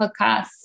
podcast